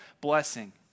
blessing